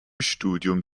studium